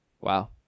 Wow